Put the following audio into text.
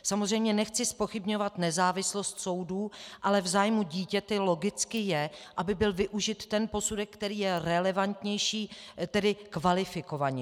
Samozřejmě nechci zpochybňovat nezávislost soudů, ale v zájmu dítěte logicky je, aby byl využit ten posudek, který je relevantnější, tedy kvalifikovanější.